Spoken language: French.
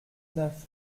neuf